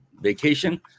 vacation